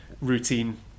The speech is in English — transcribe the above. routine